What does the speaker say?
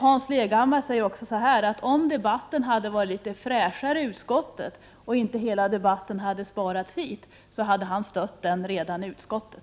Hans Leghammar säger också att om inte hela debatten hade sparats hit till kammaren utan varit litet fräschare i utskottet så hade han stött frågan redan i utskottet.